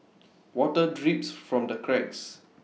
water drips from the cracks